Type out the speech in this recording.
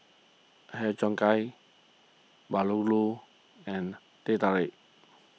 Har Cheong Gai Bahulu and Teh Tarik